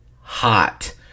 hot